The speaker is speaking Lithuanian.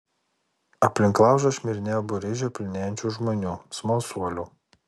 aplink laužą šmirinėjo būriai žioplinėjančių žmonių smalsuolių